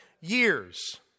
years